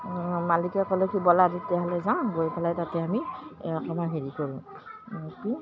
মালিকে ক'লে কি ব'লা আজি তেতিয়াহ'লে যাওঁ গৈ পেলাই তাতে আমি অকণমান হেৰি কৰোঁ কি